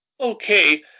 okay